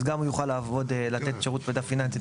אז גם הוא יוכל לעבוד ולתת שירות מידע פיננסי,